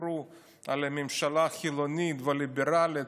שדיברו על ממשלה חילונית וליברלית,